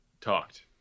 talked